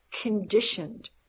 conditioned